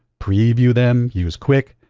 preview them, use kwic,